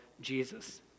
Jesus